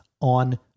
on